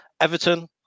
Everton